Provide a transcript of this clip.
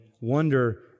wonder